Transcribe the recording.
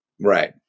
Right